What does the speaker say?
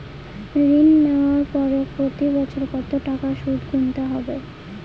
ঋণ নেওয়ার পরে প্রতি বছর কত টাকা সুদ গুনতে হবে?